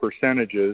percentages